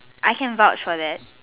I can vouch for that